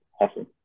awesome